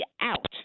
out